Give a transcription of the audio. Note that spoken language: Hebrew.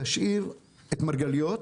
תשאיר את מרגליות,